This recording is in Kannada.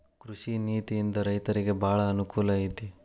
ಕೃಷಿ ನೇತಿಯಿಂದ ರೈತರಿಗೆ ಬಾಳ ಅನಕೂಲ ಐತಿ